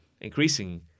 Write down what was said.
increasing